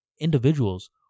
individuals